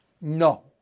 No